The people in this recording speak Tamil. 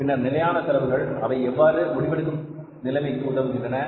பின்னர் நிலையான செலவுகள் அவை எவ்வாறு முடிவெடுக்கும் நிலைமைக்கு உதவுகின்றன